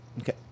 Okay